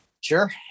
Sure